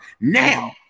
Now